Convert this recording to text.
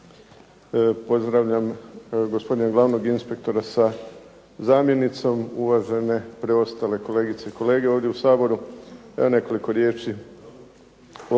Pozdravljam gospodina glavnog inspektora sa zamjenicom, uvažene preostale kolegice i kolege ovdje u Saboru. Evo nekoliko riječi